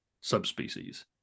subspecies